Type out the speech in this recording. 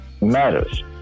matters